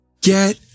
Get